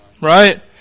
Right